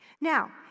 Now